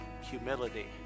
humility